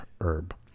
herb